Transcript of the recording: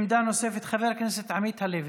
עמדה נוספת, חבר הכנסת עמית הלוי.